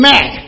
Mac